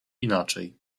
inaczej